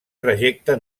trajecte